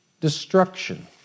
Destruction